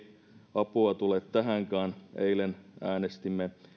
apua tule tähänkään eilen äänestimme